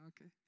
Okay